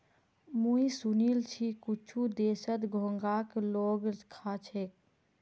मुई सुनील छि कुछु देशत घोंघाक लोग खा छेक